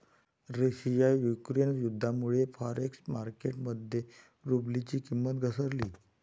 Russia Ukraine युद्धामुळे forex market मध्ये रुबलची किंमत घसरली